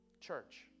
Church